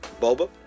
Boba